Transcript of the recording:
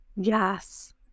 Yes